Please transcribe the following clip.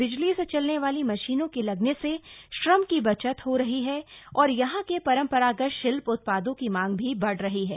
बिजली से चलने वाली मशीनों के लगने से श्रम की बचत हो रही है और यहां के परंपरागत शिल्प उत्पादों की मांग भी बढ़ रही है